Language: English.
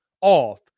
off